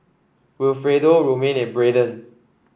Wilfredo Romaine and Brayden